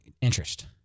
interest